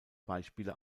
beispiele